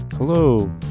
Hello